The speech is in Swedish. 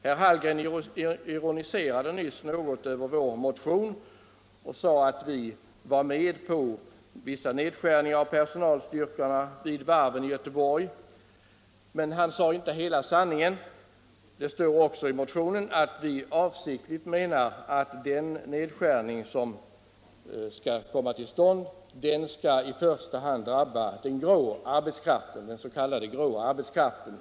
Herr Hallgren ironiserade nyss något över vår motion och sade att vi var med på vissa nedskärningar av personalstyrkorna vid varven i Göteborg. Men han sade inte hela sanningen. Det står också i motionen att vi menar att den nedskärning som kommer till stånd skall i första hand drabba den s.k. grå arbetskraften.